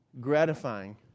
gratifying